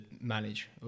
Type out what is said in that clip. manage